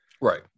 Right